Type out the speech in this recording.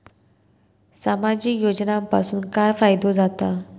सामाजिक योजनांपासून काय फायदो जाता?